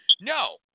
No